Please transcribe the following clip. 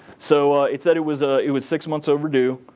so it said it was ah it was six months overdue.